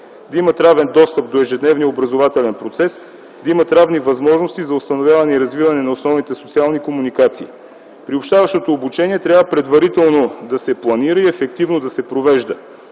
да имат равен достъп до ежедневния образователен процес, да имат равни възможности за установяване и развиване на основните социални комуникации. Приобщаващото обучение трябва предварително да се планира и ефективно да се провежда.